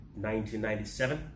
1997